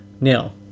Now